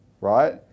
right